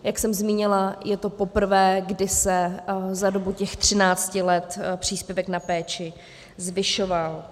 Jak jsem zmínila, je to poprvé, kdy se za dobu těch 13 let příspěvek na péči zvyšoval.